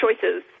choices